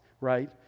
right